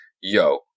yo